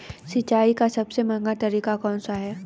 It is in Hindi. सिंचाई का सबसे महंगा तरीका कौन सा है?